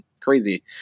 crazy